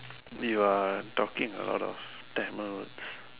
you are talking a lot of Tamil